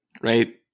right